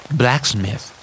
blacksmith